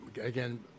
again